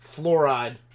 fluoride